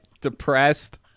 depressed